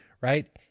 Right